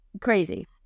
crazy